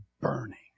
Burning